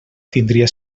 tindria